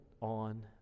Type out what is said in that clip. on